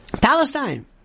Palestine